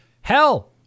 hell